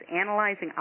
analyzing